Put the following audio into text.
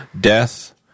Death